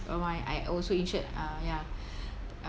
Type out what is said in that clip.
whereby I also insured uh ya